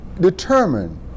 determined